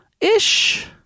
ish